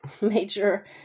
major